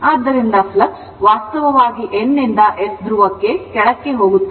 ಆದ್ದರಿಂದ ಫ್ಲಕ್ಸ್ ವಾಸ್ತವವಾಗಿ N ನಿಂದ S ಧ್ರುವಕ್ಕೆ ಕೆಳಕ್ಕೆ ಹೋಗುತ್ತದೆ